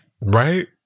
Right